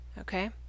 okay